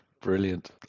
Brilliant